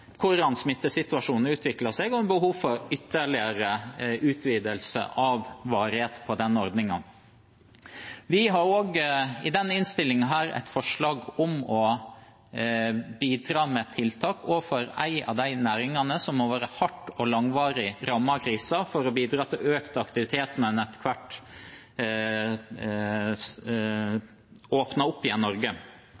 hvordan smittesituasjonen utvikler seg, og om det er behov for ytterligere utvidelse av varigheten av den ordningen. I denne innstillingen har vi også et forslag om å bidra med tiltak overfor en av de næringene som har vært hardt og langvarig rammet av krisen, for å bidra til